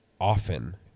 often